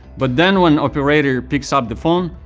but then when operator picks up the phone,